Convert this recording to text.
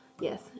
yes